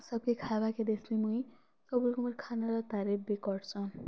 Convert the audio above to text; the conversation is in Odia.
ସବ୍କେ ଖେବାର୍କେ ଦେସି ମୁଇଁ ସବୁ ଲୋକ୍ ମୋର୍ ଖାନାର ତାରିଫ୍ ବି କରସନ୍